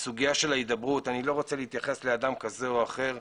סוגיית ההידברות אני לא רוצה להתייחס לאדם כזה או אחר.